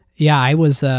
yeah i was